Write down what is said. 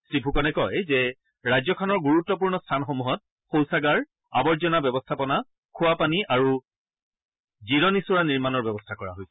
শ্ৰীফুকনে কয় যে ৰাজ্যখনৰ গুৰুত্পূৰ্ণ স্থানসমূহত শৌচাগাৰ আৱৰ্জনা ব্যৱস্থাপনা খোৱাপানী আৰু জিৰণি চৰা নিৰ্মাণৰ ব্যৱস্থা কৰা হৈছে